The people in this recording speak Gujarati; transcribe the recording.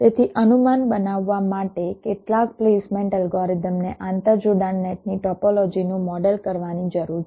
તેથી અનુમાન બનાવવા માટે કેટલાક પ્લેસમેન્ટ અલ્ગોરિધમ ને આંતરજોડાણ નેટની ટોપોલોજીનું મોડેલ કરવાની જરૂર છે